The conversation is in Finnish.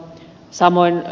samoin ed